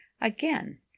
Again